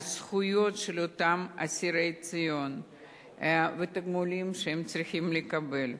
על הזכויות של אותם אסירי ציון והתגמולים שהם צריכים לקבל.